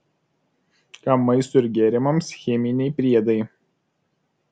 kam maistui ir gėrimams cheminiai priedai